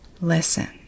listen